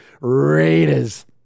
Raiders